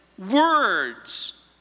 words